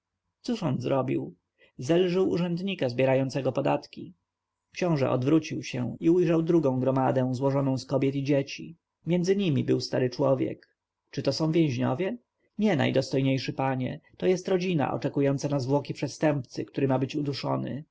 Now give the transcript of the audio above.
cóż on zrobił zelżył urzędnika zbierającego podatki książę odwrócił się i ujrzał drugą gromadę złożoną z kobiet i dzieci między nimi był stary człowiek czy to są więźniowie nie najdostojniejszy panie to jest rodzina oczekująca na zwłoki przestępcy który ma być uduszony